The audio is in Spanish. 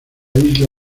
isla